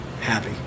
happy